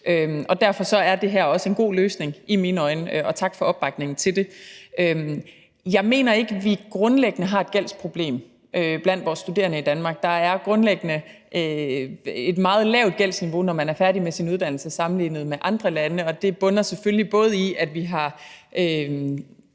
er det her i mine øjne også en god løsning – og tak for opbakningen til det. Jeg mener ikke, at vi grundlæggende har et gældsproblem blandt vores studerende i Danmark. Man har grundlæggende et meget lavt gældsniveau, når man er færdig med sin uddannelse, hvis vi sammenligner med andre lande. Det bunder selvfølgelig både i, at vi